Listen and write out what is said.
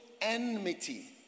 enmity